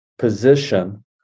Position